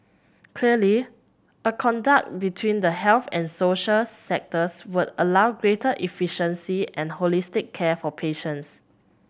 clearly a conduct between the health and social sectors would allow greater efficiency and holistic care for patients